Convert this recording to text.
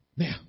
Now